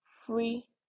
free